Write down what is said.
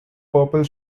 purple